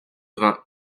vingts